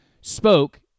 spoke